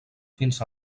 fins